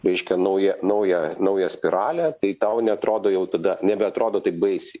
reiškia naują naują naują spiralę tai tau neatrodo jau tada nebeatrodo taip baisiai